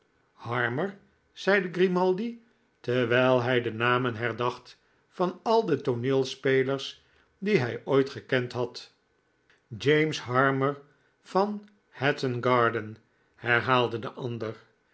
harmer zeide grimaldi terwh'l hij de namen herdacht van al de tooneelspelers die hij ooit gekend had james harmer van hatton garden herhaalde de ander